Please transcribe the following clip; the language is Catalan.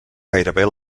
gairebé